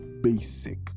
basic